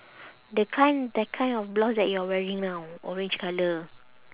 the kind that kind of blouse that you're wearing now orange colour